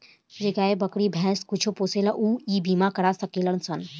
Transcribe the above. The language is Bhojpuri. जे गाय, बकरी, भैंस कुछो पोसेला ऊ इ बीमा करा सकेलन सन